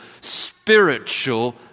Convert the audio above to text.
spiritual